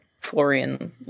Florian